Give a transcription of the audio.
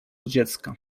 dziecka